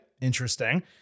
interesting